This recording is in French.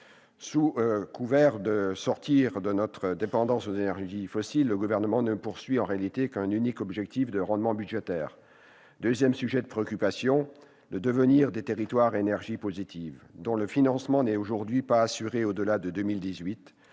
Sous couvert de sortir de notre dépendance aux énergies fossiles, le Gouvernement ne poursuit, en réalité, qu'un unique objectif de rendement budgétaire. Deuxième sujet de préoccupation : le devenir des territoires à énergie positive, dont le financement n'est aujourd'hui pas assuré au-delà de 2018.